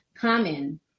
Common